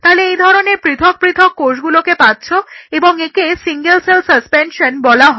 তাহলে এই ধরনের পৃথক পৃথক কোষগুলোকে পাচ্ছো এবং একে সিঙ্গেল সেল সাসপেনশন বলা হয়